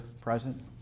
present